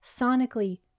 sonically